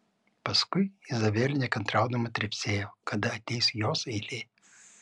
paskui izabelė nekantraudama trepsėjo kada ateis jos eilė